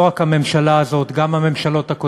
לא רק הממשלה הזאת, גם הממשלות הקודמות,